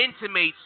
intimates